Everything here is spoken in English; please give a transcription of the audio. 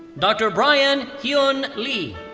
dr. brian heeeun lee.